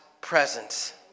presence